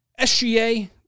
SGA